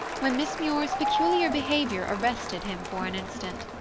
when miss muir's peculiar behavior arrested him for an instant.